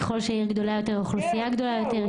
ככל שהעיר גדולה יותר האוכלוסייה גדולה יותר,